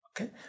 Okay